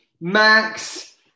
Max